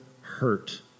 hurt